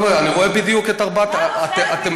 חבר'ה, אני רואה בדיוק את ארבע, אתם